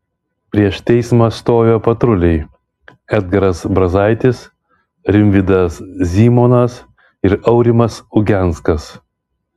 prieš teismą stojo patruliai edgaras brazaitis rimvydas zymonas ir aurimas ugenskas